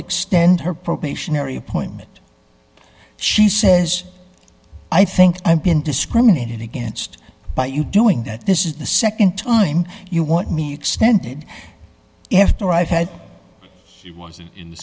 extend her probationary appointment she says i think i've been discriminated against by you doing that this is the nd time you want me extended after i've had